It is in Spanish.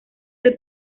del